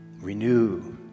Renew